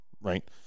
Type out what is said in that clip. right